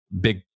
Big